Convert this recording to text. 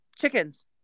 chickens